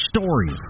stories